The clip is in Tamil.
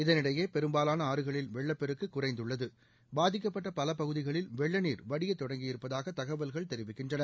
இதனிடையே பெரும்பாலன ஆறுகளில் வெள்ளப்பெருக்கு குறைந்துள்ளது பாதிக்கப்பட்ட பல பகுதிகளில் வெள்ள நீர் வடிய தொடங்கி இருப்பதாக தகவல்கள் தெிவிக்கின்றன